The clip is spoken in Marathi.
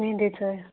मेहंदीचं आहे